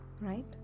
right